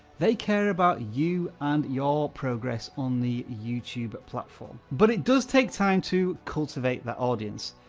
they care about you and your progress on the youtube but platform. but it does take time to cultivate that audience.